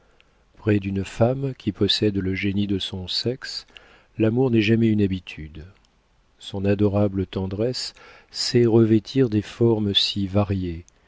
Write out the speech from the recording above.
près d'une femme qui possède le génie de son sexe l'amour n'est jamais une habitude son adorable tendresse sait revêtir des formes si variées